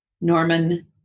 Norman